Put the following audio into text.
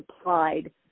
applied